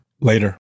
Later